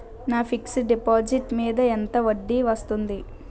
నా fixed deposit మీద ఎంత వడ్డీ వస్తుంది?